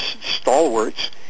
stalwarts